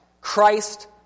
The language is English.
Christ